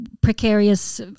precarious